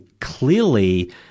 clearly